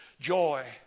joy